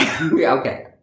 Okay